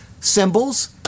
Symbols